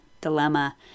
dilemma